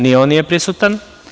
Ni on nije prisutan.